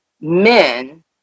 men